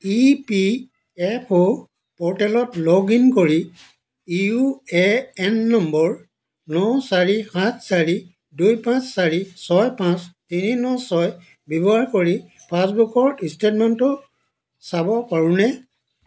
ই P F অ' পৰ্টেলত log in কৰি ইউ এ এন নম্বৰ ন চাৰি সাত চাৰি দুই পাঁচ চাৰি ছয় পাঁচ তিনি ন ছয় ব্যৱহাৰ কৰি পাছবুকৰ ষ্টে'টমেণ্টটো চাব পাৰোঁনে